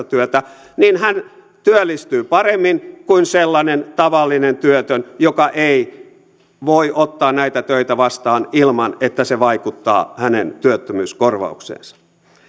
työtä niin hän työllistyy paremmin kuin sellainen tavallinen työtön joka ei voi ottaa näitä töitä vastaan ilman että se vaikuttaa hänen työttömyyskorvaukseensa